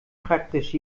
praktisch